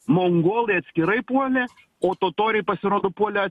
mongolai atskirai puolė o totoriai pasirodo puolė